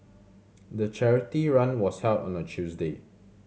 the charity run was held on a Tuesday